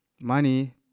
money